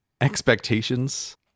expectations